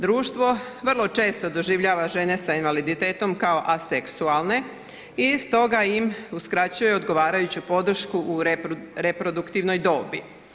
Društvo vrlo često doživljava žene sa invaliditetom kao aseksualne i stoga im uskraćuje odgovarajuću podršku u reproduktivnoj dobi.